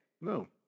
No